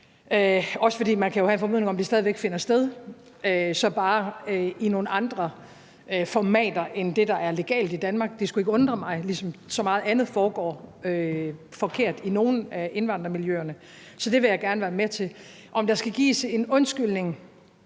også fordi man jo kan have en formodning om, at det stadig væk finder sted, men så bare i nogle andre formater end det, der er legalt i Danmark – det skulle ikke undre mig, ligesom så meget andet foregår forkert i nogle af indvandrermiljøerne. Så det vil jeg gerne være med til at afdække. Om der skal gives en undskyldning,